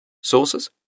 Sources